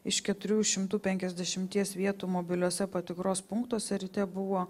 iš keturių šimtų penkiasdešimties vietų mobiliuose patikros punktuose ryte buvo